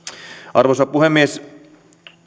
arvoisa puhemies